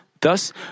Thus